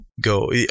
go